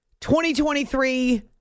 2023